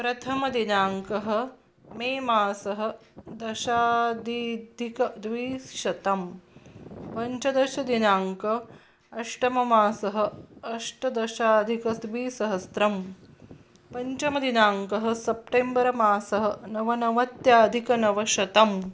प्रथमदिनाङ्कः मे मासः दशाधिकद्विशतं पञ्चदशदिनाङ्कः अष्टममासः अष्टदशाधिकद्विसहस्रं पञ्चमदिनाङ्कः सप्टेम्बर मासः नवनवत्याधिकनवशतम्